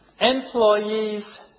Employees